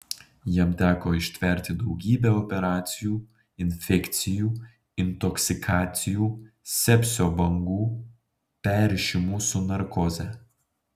jam teko ištverti daugybę operacijų infekcijų intoksikacijų sepsio bangų perrišimų su narkoze